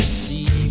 see